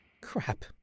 Crap